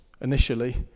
initially